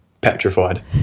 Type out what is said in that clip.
petrified